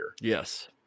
Yes